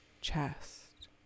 chest